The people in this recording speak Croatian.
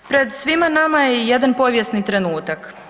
Pred svima nama je jedan povijesni trenutak.